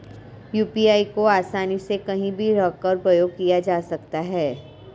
UPI को आसानी से कहीं भी रहकर प्रयोग किया जा सकता है